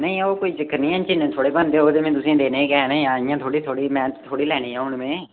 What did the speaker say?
निं ओह् कोई चक्कर निं ऐ जिन्ने थुआढ़े बनदे ओह् ते में तुसे ईं देने गै न जां इ'यां थोह्ड़ी थुआढ़ी मैह्नत थोह्ड़े लैनी ऐ हून में